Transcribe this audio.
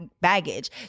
baggage